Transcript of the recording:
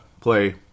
play